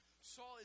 Saul